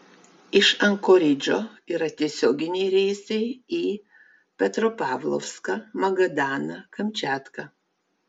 iš ankoridžo yra tiesioginiai reisai į petropavlovską magadaną kamčiatką